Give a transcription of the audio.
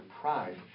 pride